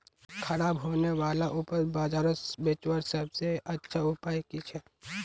ख़राब होने वाला उपज बजारोत बेचावार सबसे अच्छा उपाय कि छे?